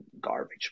garbage